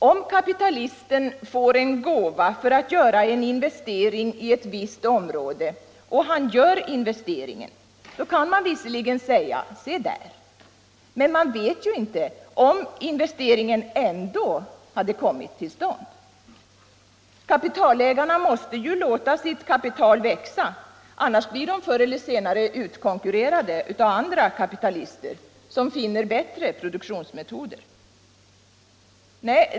Om kapitalisten får en gåva för att göra en investering i ett visst område och han gör investeringen, kan man visserligen säga: Se där! — men man vet ju inte om investeringen ändå kommit till stånd. Kapitalägarna måste ju låta sitt kapital växa, annars blir de förr eller senare utkonkurrerade av andra kapitalister, som finner bättre produktionsmetoder.